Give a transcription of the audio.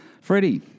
Freddie